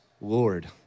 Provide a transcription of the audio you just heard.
Lord